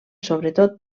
sobretot